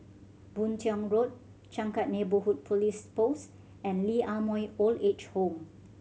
Boon Tiong Road Changkat Neighbourhood Police Post and Lee Ah Mooi Old Age Home